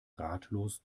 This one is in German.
ratlos